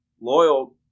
Loyal